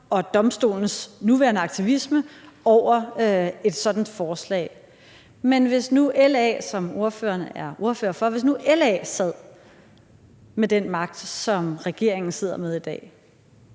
og Domstolens nuværende aktivisme over et sådant forslag. Men hvis nu LA, som ordføreren er ordfører for, sad med den magt, som regeringen sidder med i dag,